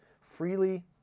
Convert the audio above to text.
Freely